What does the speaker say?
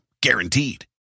Guaranteed